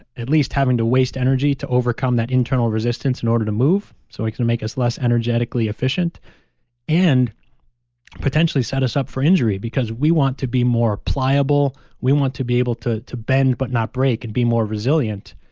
at least having to waste energy to overcome that resistance in order to move so, it can make us less energetically efficient and potentially set us up for injury because we want to be more pliable we want to be able to to bend but not break and be more resilient.